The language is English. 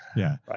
yeah,